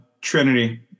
Trinity